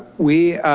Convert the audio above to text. we,